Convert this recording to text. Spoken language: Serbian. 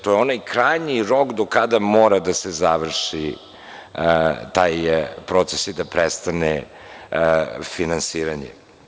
To je onaj krajnji rok do kada mora da se završi taj proces i da prestane finansiranje.